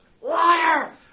Liar